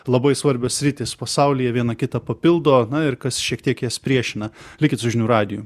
labai svarbios sritys pasaulyje viena kitą papildo ir kas šiek tiek jas priešina likit su žinių radiju